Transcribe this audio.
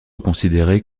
considérés